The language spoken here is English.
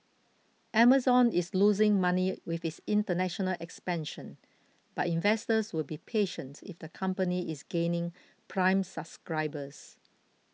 Amazon is losing money with its international expansion but investors will be patient if the company is gaining prime subscribers